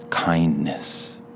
Kindness